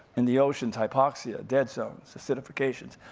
and the ocean's hypoxia, dead zones, acidifications.